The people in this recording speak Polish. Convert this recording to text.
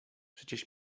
przecież